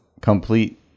complete